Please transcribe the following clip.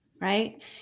right